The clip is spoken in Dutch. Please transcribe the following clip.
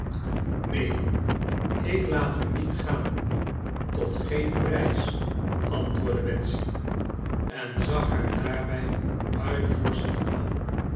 neen ik laat u niet gaan tot geen prijs antwoordde betsy en zag haar daarbij uitvorschend aan